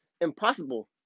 impossible